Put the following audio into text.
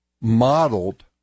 modeled